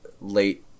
late